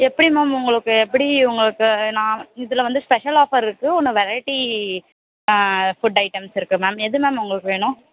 எப்படி மேம் உங்களுக்கு எப்படி உங்களுக்கு நான் இதில் வந்து ஸ்பெஷல் ஆஃபர் இருக்குது ஒன்று வெரைட்டி ஃபுட் ஐட்டம்ஸ் இருக்குது மேம் எது மேம் உங்களுக்கு வேணும்